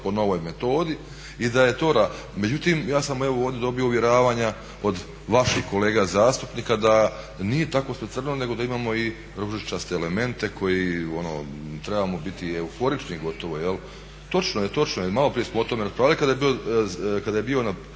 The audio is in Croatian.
po novoj metodi i da je …/Govornik se ne razumije./…. Međutim, ja sam evo ovdje dobio uvjeravanja od vaših kolega zastupnika da nije tako sve crno nego da imamo i ružičaste elemente koje, trebamo biti euforični gotovo. Točno je, točno je, maloprije smo o tome raspravljali kada je bio